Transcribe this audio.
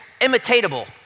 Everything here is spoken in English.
imitatable